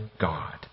God